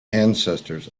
ancestors